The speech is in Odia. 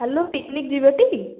hello picnic ଯିବଟି